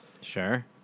Sure